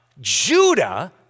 Judah